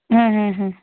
হ্যাঁ হ্যাঁ হ্যাঁ